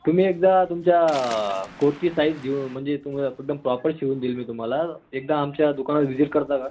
तुम्ही एकदा तुमच्या कोटची साईज घेऊन म्हणजे तुमं एकदम प्रॉपर शिवून देईल मी तुम्हाला एकदा आमच्या दुकानात विजिट करता का